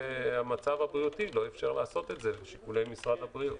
המצב הבריאותי לא אפשר לעשות את זה לשיקולי משרד הבריאות.